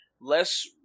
less